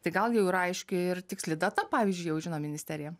tai gal jau yra aiški ir tiksli data pavyzdžiui jau žino ministerija